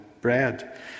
bread